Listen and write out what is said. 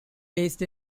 based